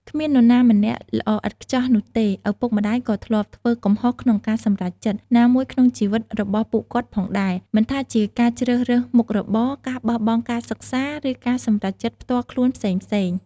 គ្មាននរណាម្នាក់ល្អឥតខ្ចោះនោះទេ ឪពុកម្ដាយក៏ធ្លាប់ធ្វើ កំហុសក្នុងការសម្រេចចិត្ត ណាមួយក្នុងជីវិតរបស់ពួកគាត់ផងដែរ មិនថាជាការជ្រើសរើសមុខរបរ ការបោះបង់ការសិក្សា ឬការសម្រេចចិត្តផ្ទាល់ខ្លួនផ្សេងៗ។